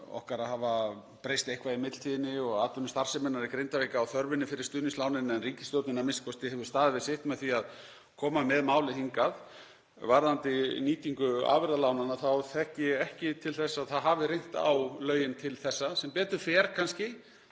okkar að hafa breyst eitthvað í millitíðinni á atvinnustarfseminni í Grindavík og þörfinni fyrir stuðningslánin en ríkisstjórnin a.m.k. hefur staðið við sitt með því að koma með málið hingað. Varðandi nýtingu afurðalánanna þekki ég ekki til þess að það hafi reynt á lögin til þessa, sem betur fer kannski